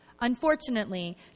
Unfortunately